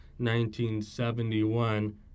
1971